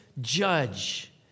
judge